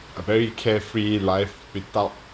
a very carefree life without